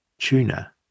tuna